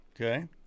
Okay